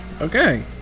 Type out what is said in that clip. Okay